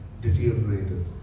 deteriorated